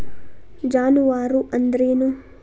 ಜಾನುವಾರು ಅಂದ್ರೇನು?